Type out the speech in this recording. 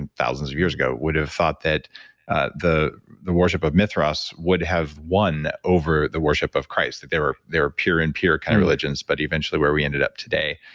and thousands of years ago, would have thought that ah the the worship of mithras would have won over the worship of christ, that there are there are pure and pure kind of religions, but eventually where we ended up today,